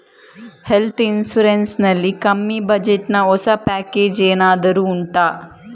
health insurance ನಲ್ಲಿ ಕಮ್ಮಿ budget ನ ಹೊಸ ಪ್ಯಾಕೇಜ್ ಏನಾದರೂ ಉಂಟಾ